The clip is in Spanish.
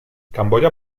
camboya